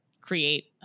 create